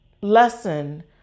lesson